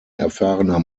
erfahrener